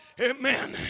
Amen